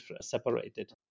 separated